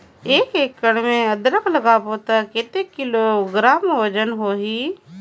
एक एकड़ मे अदरक लगाबो त कतेक किलोग्राम वजन होही?